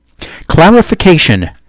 CLARIFICATION